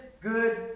good